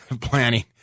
planning